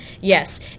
yes